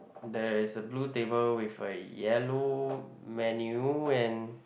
there is a blue table with a yellow menu and